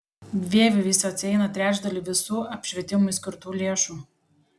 vieviui jis atsieina trečdalį visų apšvietimui skirtų lėšų